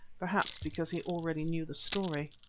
perhaps because he already knew the story.